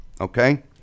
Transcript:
Okay